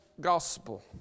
gospel